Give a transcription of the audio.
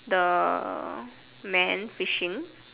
the man fishing